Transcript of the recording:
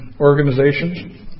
Organizations